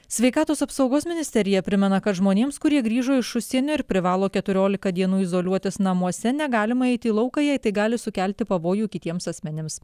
sveikatos apsaugos ministerija primena kad žmonėms kurie grįžo iš užsienio ir privalo keturiolika dienų izoliuotis namuose negalima eiti į lauką jei tai gali sukelti pavojų kitiems asmenims